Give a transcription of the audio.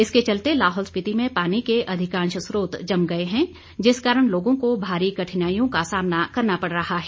इसके चलते लाहौल स्पीति में पानी के अधिकांश स्रोत जम गए हैं जिस कारण लोगों को भारी कठिनाईयों का सामना करना पड़ रहा है